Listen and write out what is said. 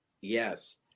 Yes